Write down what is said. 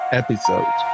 episode